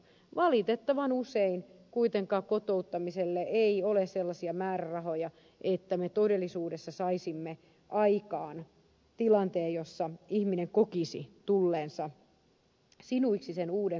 valitettavan usein kuitenkaan kotouttamiselle ei ole sellaisia määrärahoja että me todellisuudessa saisimme aikaan tilanteen jossa ihminen kokisi tulleensa sinuiksi sen uuden kotimaan kanssa